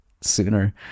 Sooner